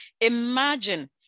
imagine